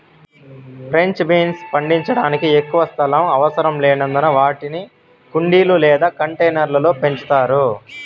French beans పండించడానికి ఎక్కువ స్థలం అవసరం లేనందున వాటిని కుండీలు లేదా కంటైనర్ల లో పెంచవచ్చు